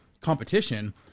competition